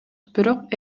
бирок